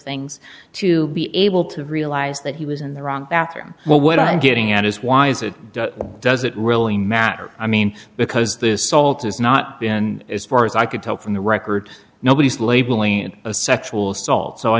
things to be able to realize that he was in the wrong bathroom but what i'm getting at is why is it does it really matter i mean because this old has not been as far as i could tell from the record nobody's labeling it a sexual assault so i